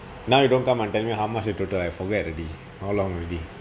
now you don't come and tell me how much is total I forget already how long already